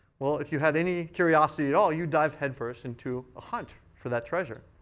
well, if you had any curiosity at all, you'd dive head first into a hunt for that treasure.